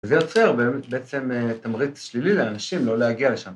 ‫וזה יוצר בעצם תמריץ שלילי לאנשים ‫לא להגיע לשם.